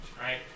right